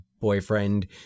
boyfriend